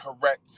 correct